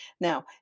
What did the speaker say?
Now